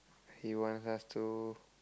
he wants us to